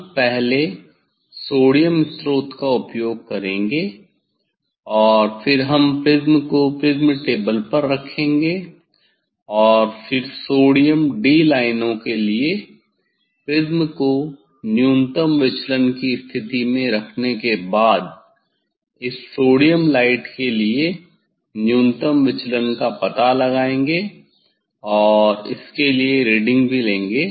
हम पहले सोडियम स्रोत का उपयोग करेंगे और फिर हम प्रिज्म को प्रिज्म टेबल पर रखेंगे और फिर सोडियम डी लाइनों के लिए प्रिज्म को न्यूनतम विचलन की स्थिति में रखने के बाद इस सोडियम लाइट के लिए न्यूनतम विचलन का पता लगाएंगे और इसके लिए रीडिंग भी लेंगे